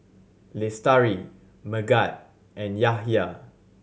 Lestari Megat and Yahaya